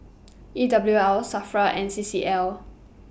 E W L SAFRA and C C L